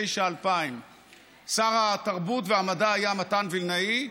2000. שר התרבות והמדע היה מתן וילנאי,